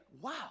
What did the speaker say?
wow